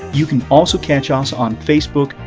you can also catch us on facebook,